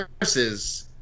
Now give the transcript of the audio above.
versus